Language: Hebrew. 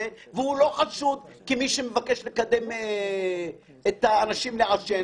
והוא לא חשוד כמי שמבקש לקדם את האנשים לעשן,